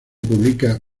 publica